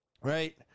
right